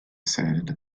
said